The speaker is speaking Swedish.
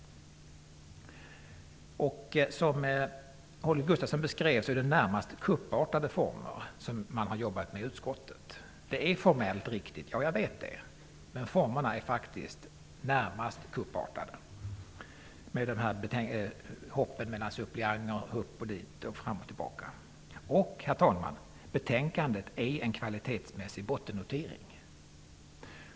Som Holger Gustafsson beskrev det, är det närmast i kuppartade former man har jobbat i utskottet. Det är formellt riktigt. Ja, jag vet det. Men formerna är faktiskt närmast kuppartade, med hoppandet mellan suppleanter fram och tillbaka. Betänkandet är en kvalitetsmässig bottennotering.